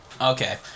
Okay